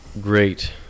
great